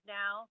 now